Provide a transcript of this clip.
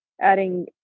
adding